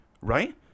right